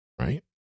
right